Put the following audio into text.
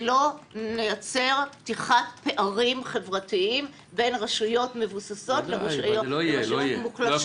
שלא נייצר פתיחת פערים חברתיים בין רשויות מבוססות לרשויות מוחלשות.